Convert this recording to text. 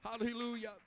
hallelujah